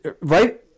right